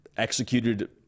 executed